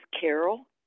Carol